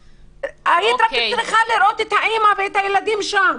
היית צריכה לראות את האימא ואת הילדים שם.